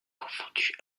confondue